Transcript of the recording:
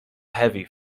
heavy